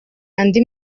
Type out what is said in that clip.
andi